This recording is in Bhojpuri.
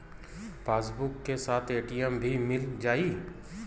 पासबुक के साथ ए.टी.एम भी मील जाई?